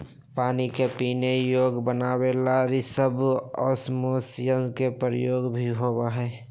पानी के पीये योग्य बनावे ला रिवर्स ओस्मोसिस के उपयोग भी होबा हई